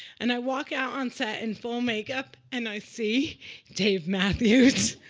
and i walk out on set in full makeup and i see dave matthews.